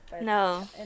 no